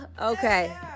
Okay